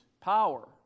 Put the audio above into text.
power